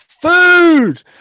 Food